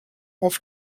auf